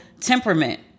temperament